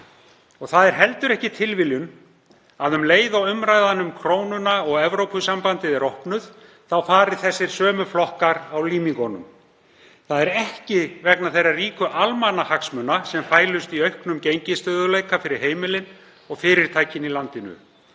Það er heldur ekki tilviljun að um leið og umræðan um krónuna og Evrópusambandið er opnuð þá fari þessir sömu flokkar á límingunum. Það er ekki vegna þeirra ríku almannahagsmuna sem felast í auknum gengisstöðugleika fyrir heimilin og fyrirtækin í landinu.